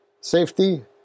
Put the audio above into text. safety